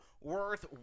worth